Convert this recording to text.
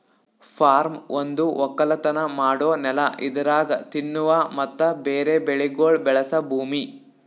form ಒಂದು ಒಕ್ಕಲತನ ಮಾಡೋ ನೆಲ ಇದರಾಗ್ ತಿನ್ನುವ ಮತ್ತ ಬೇರೆ ಬೆಳಿಗೊಳ್ ಬೆಳಸ ಭೂಮಿ